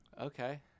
Okay